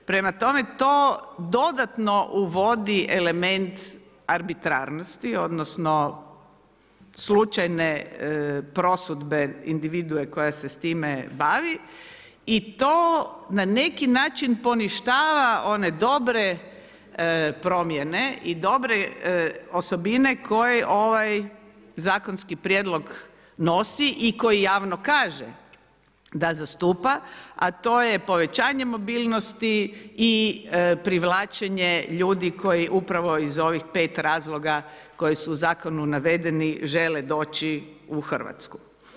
Prema tome, to dodatno uvodi element arbitrarnosti odnosno slučajne prosudbe individue koja se s time bavi i to na neki način poništava one dobre promjene i dobre osobine koje ovaj zakonski prijedlog nosi i koji javno kaže da zastupa, a to je povećanje mobilnosti i privlačenje ljudi koji upravo iz ovih 5 razloga koji su u Zakonu navedeni žele doći u RH.